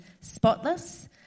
spotless